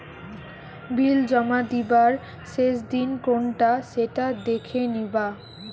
বিল জমা দিবার শেষ দিন কোনটা সেটা দেখে নিবা